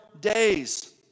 days